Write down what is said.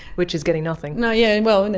which is getting nothing. yeah, yeah and well, and